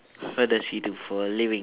what does he do for a living